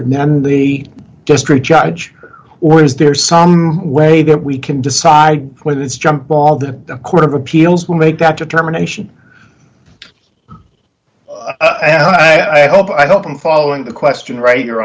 and then the district judge or is there some way that we can decide whether it's jump ball the court of appeals will make that determination i hope i hope i'm following the question right you